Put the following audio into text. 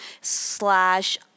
slash